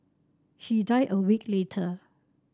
he died a week later